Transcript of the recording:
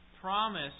promise